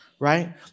right